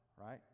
right